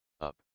up